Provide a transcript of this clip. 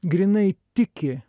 grynai tiki